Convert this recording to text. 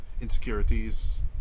Insecurities